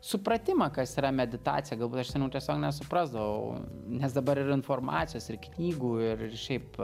supratimą kas yra meditacija galbūt aš seniau tiesiog nesuprasdavau nes dabar ir informacijos ir knygų ir ir šiaip